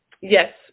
Yes